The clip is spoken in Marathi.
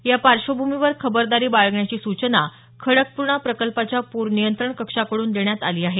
या पार्श्वभूमीवर खबरदारी बाळगण्याची सूचना खडकपुर्णा प्रकल्पाच्या पूर नियंत्रण कक्षाकडून देण्यात आली आहे